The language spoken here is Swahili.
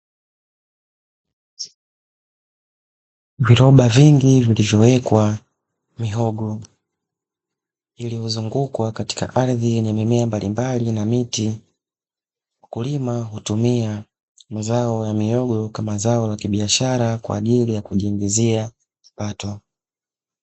Viroba vingi vilivyowekwa mihogo iliyozungukwa katika ardhi yenye mimea mbalimbali na miti. Mkulima hutumia mazao ya mihogo kama zao la kibiashara kwa ajili ya kujiongezea kipato.